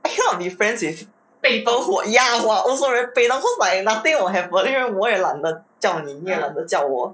I cannot be friends with ya who are also very 被动 cause like nothing will happen 因为我也懒得叫你你也懒得叫我